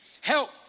help